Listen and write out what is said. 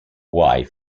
wave